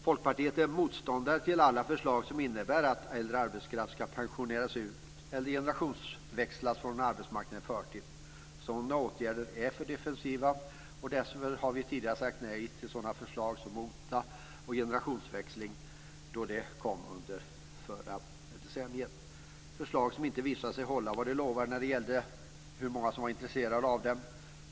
Folkpartiet är motståndare till alla förslag som innebär att äldre arbetskraft ska pensioneras ut eller generationsväxlas från arbetsmarknaden i förtid. Sådana åtgärder är för defensiva. Därför har vi tidigare sagt nej till sådana förslag som OTA och generationsväxling då de kom under förra decenniet, förslag som inte visade sig hålla vad de lovade när det gällde hur många som var intresserade av dem.